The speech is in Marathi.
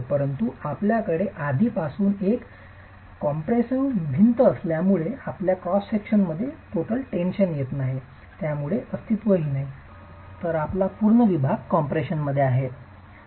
परंतु आपल्याकडे आधीपासून एक संकुचित भिंत असल्यामुळे क्रॉस विभागात नेट टेन्शन यापुढे अस्तित्वात नाही आपल्याकडे संपीडन मध्ये पूर्ण विभाग आहे